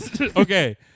Okay